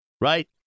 Right